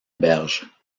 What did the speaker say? berge